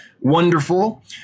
wonderful